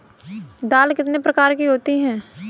दाल कितने प्रकार की होती है?